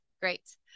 Great